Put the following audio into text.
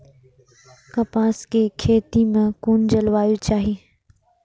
कपास के खेती में कुन जलवायु चाही?